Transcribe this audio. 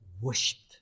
worshipped